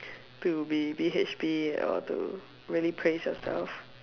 to be B_H_B or to really praise yourself